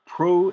Pro